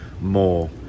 more